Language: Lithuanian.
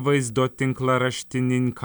vaizdo tinklaraštininką